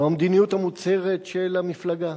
זו המדיניות המוצהרת של המפלגה.